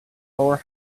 lower